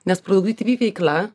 nes produktyvi veikla